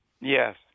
Yes